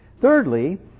Thirdly